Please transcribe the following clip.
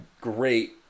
great